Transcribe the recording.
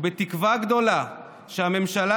בתקווה גדולה שהממשלה